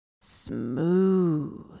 smooth